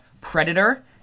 Predator